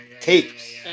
tapes